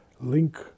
link